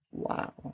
Wow